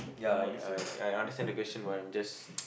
ya ya I I understand the question but I'm just